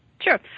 Sure